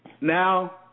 now